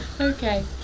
Okay